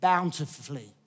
bountifully